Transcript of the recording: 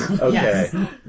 Okay